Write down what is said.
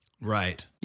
Right